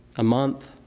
a month,